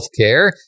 Healthcare